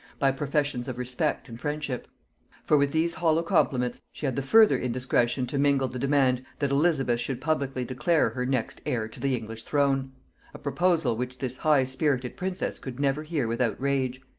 by professions of respect and friendship for with these hollow compliments she had the further indiscretion to mingle the demand that elizabeth should publicly declare her next heir to the english throne a proposal which this high-spirited princess could never hear without rage.